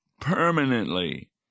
permanently